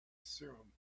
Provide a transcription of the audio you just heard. serum